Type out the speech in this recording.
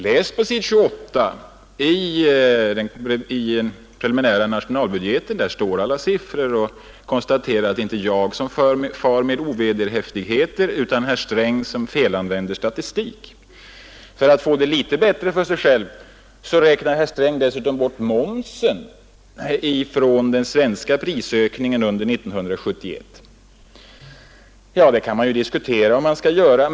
Läs på s. 28 i den preliminära nationalbudgeten — där står alla siffrorna — och konstatera att det inte är jag som far med ovederhäftigheter utan herr Sträng som felanvänder statistik! För att få det litet bättre för sig själv räknar herr Sträng dessutom bort momsen från den svenska prisökningen under 1971. Man kan ju diskutera om man skall göra det.